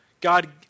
God